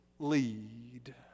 lead